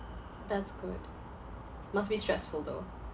that's good must be stressful though